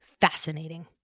fascinating